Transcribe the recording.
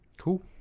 Cool